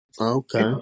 Okay